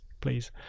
please